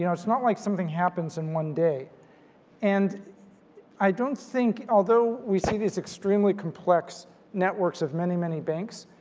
you know it's not like something happens in one day and i don't think although we see these extremely complex networks of many many banks,